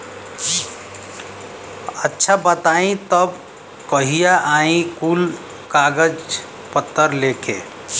अच्छा बताई तब कहिया आई कुल कागज पतर लेके?